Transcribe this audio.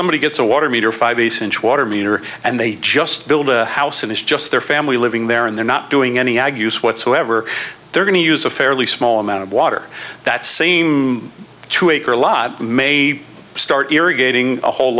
somebody gets a water meter five essential water meter and they just build a house and it's just their family living there and they're not doing any ag use whatsoever they're going to use a fairly small amount of water that same two acre lot may start irrigating a whole